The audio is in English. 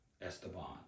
Esteban